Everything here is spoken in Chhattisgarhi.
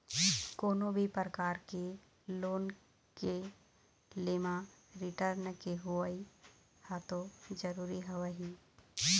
कोनो भी परकार के लोन के ले म रिर्टन के होवई ह तो जरुरी हवय ही